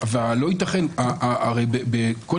אנחנו